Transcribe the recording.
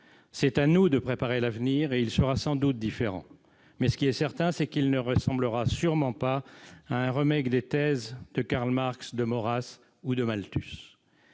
C'est à nous de préparer l'avenir, et il sera sans doute différent. Mais, ce qui est certain, c'est qu'il ne ressemblera sûrement pas à un des thèses de Karl Marx, de Maurras ou de Malthus.